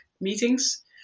meetings